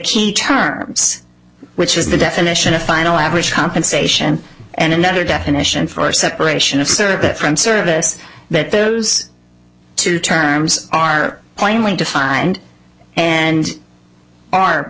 key terms which is the definition of final average compensation and another definition for separation of circuit from service that those two terms are plainly defined and are